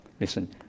listen